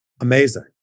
Amazing